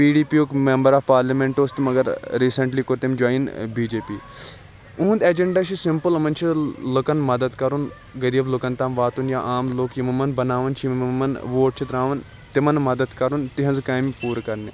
P D P یُک member of parliament اوس تہٕ مگر ریسنٹلی کوٚر تٔمۍ جوین بی جے پی اُہُنٛد ایٚجَنڈا چھُ سِمپل یِمن چھ لُکَن مَدَد کَرُن غریب لُکَن تام واتُن یا عام لُکھ یِم یِمَن بَناوان چھِ یِم یِمَن ووٹ چھِ تراوان تِمَن مَدَد کَرُن تِہٕنٛزٕ کامہِ پوٗرٕ کَرنہِ